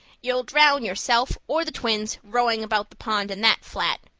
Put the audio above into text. you'll drown yourself or the twins, rowing about the pond in that flat,